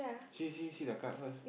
see see see the card first